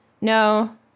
No